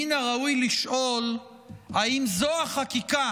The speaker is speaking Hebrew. מן הראוי לשאול אם זו החקיקה